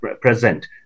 present